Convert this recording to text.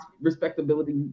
respectability